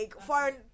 foreign